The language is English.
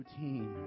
routine